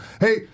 hey